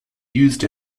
used